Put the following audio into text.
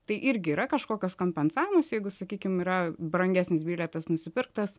tai irgi yra kažkokios kompensavimus jeigu sakykim yra brangesnis bilietas nusipirktas